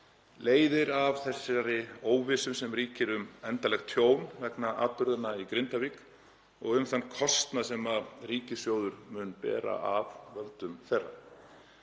leiðir af þeirri miklu óvissu sem ríkir um endanlegt tjón vegna atburðanna í Grindavík og um þann kostnað sem ríkissjóður mun bera af völdum þeirra.